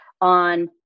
on